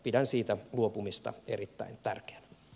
pidän siitä luopumista erittäin tärkeänä